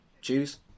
choose